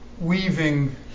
weaving